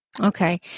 Okay